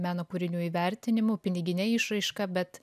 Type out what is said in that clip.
meno kūrinių įvertinimu pinigine išraiška bet